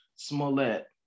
Smollett